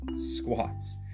squats